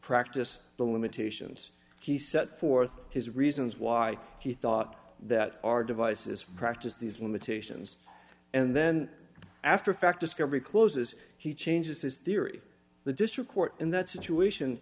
practice the limitations he set forth his reasons why he thought that our devices practiced these limitations and then after a fact discovery closes he changes his theory the district court in that situation